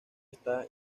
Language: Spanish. está